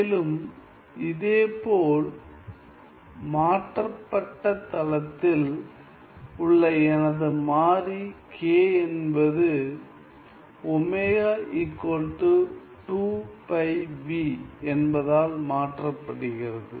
மேலும் இதேபோல் மாற்றப்பட்ட தளத்தில் உள்ள எனது மாறி k என்பது ω 2πν என்பதால் மாற்றப்படுகிறது